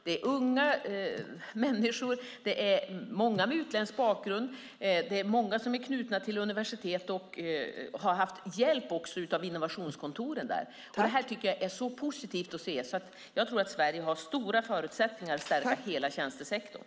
Det är unga människor, många med utländsk bakgrund. Det är många som är knutna till universitet och också har haft hjälp av innovationskontoren där. Det här tycker jag är så positivt att se. Jag tror att Sverige har stora förutsättningar att stärka hela tjänstesektorn.